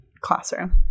classroom